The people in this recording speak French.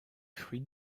fruits